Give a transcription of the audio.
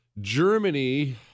Germany